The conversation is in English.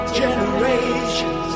generations